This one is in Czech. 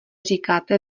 říkáte